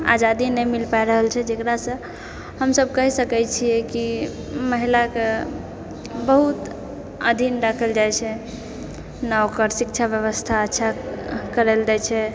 आजादी नहि मिल पाए रहल छै जेकरासँ हमसभ कहि सकै छियै कि महिला कऽ बहुत अधीन राखल जाइ छै ना ओकर शिक्षा व्यवस्था अच्छा करल दए छै